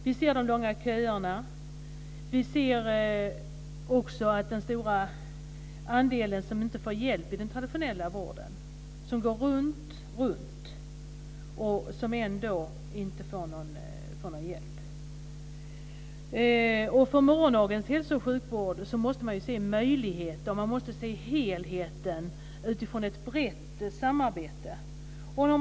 Vi ser de långa köerna och den stora andel människor som inte får hjälp i den traditionella vården utan som får söka sig fram utan att ändå få någon hjälp. Man måste i morgondagens sjukvård se till möjligheterna och till helheten utifrån ett brett samarbete.